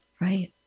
Right